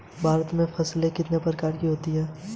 भारत में फसलें कितने प्रकार की होती हैं?